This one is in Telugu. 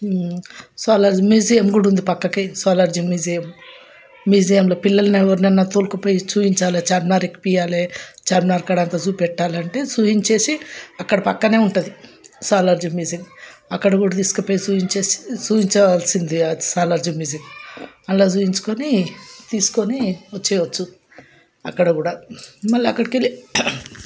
సోలార్ మ్యూజియం కూడా ఉంది పక్కకి సాలార్జంగ్ మ్యూజియం మ్యూజియంలో పిల్లలెనెవర్నన్నా తోలుకుపోయి చూపించాలి చార్మినార్ ఎక్కిపియాలి చార్మినార్ కాడంతా చూపెట్టాలంటే చూపించేసి అక్కడ పక్కనే ఉంటుంది సాలార్జంగ్ మ్యూజియం అక్కడ కూడా తీసుకుపోయి చూపించేసి చూపించాల్సింది సాలార్జంగ్ మ్యూజియం అందులో చూపించ్చుకొని తీసుకొని వచ్చేయచ్చు అక్కడ కూడా మళ్ళా అక్కడికి వెళ్ళి